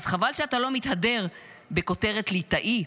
אז חבל שאתה לא מתהדר בכותרת 'ליטאי'.